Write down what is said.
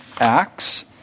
Acts